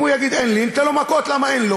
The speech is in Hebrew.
אם הוא יגיד: אין לי, ניתן לו מכות למה אין לו.